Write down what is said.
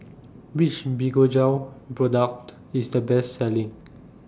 Which Fibogel Product IS The Best Selling